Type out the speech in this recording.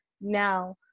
now